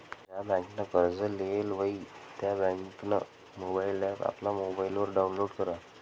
ज्या बँकनं कर्ज लेयेल व्हयी त्या बँकनं मोबाईल ॲप आपला मोबाईलवर डाऊनलोड करा